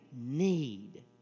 need